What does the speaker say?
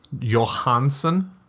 Johansson